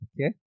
Okay